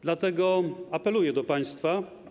Dlatego apeluję do państwa.